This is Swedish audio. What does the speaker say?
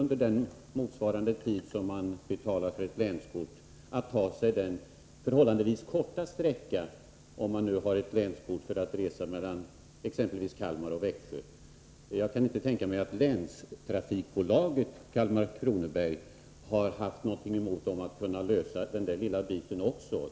under den tidsperiod som ett länskort gäller att ta sig den förhållandevis korta sträckan mellan Skruv och Emmaboda, om man har länskort för att resa mellan exempelvis Kalmar och Växjö. Jag kan inte tänka mig att länstrafikbolagen i Kalmar och Kronobergs län har haft något emot att lösa problemen för den — Nr 102 lilla biten också.